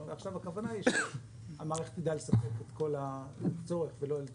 אבל עכשיו הכוונה היא שהמערכת תדע לספק את כל הצורך ולא את